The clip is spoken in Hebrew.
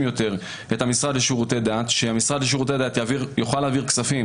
יותר את המשרד לשירותי דת ושהמשרד לשירותי דת יוכל להעביר כספים